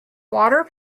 water